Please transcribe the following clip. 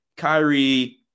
Kyrie